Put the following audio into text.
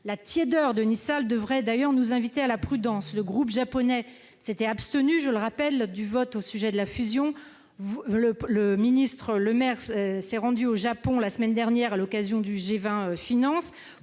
La tiédeur de Nissan devrait d'ailleurs nous inviter à la prudence : le groupe japonais s'est abstenu lors du vote au sujet de la fusion. Le ministre Bruno Le Maire s'est rendu au Japon la semaine dernière à l'occasion du G20 Finances